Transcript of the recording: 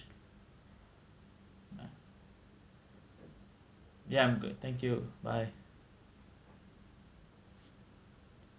ya I'm good thank you bye